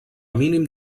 mínim